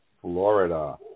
Florida